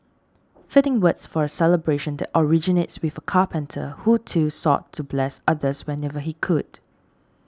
fitting words for a celebration that originates with a carpenter who too sought to bless others whenever he could